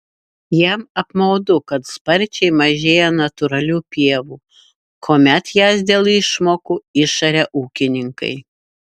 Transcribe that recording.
jam apmaudu kad sparčiai mažėja natūralių pievų kuomet jas dėl išmokų išaria ūkininkai